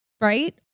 right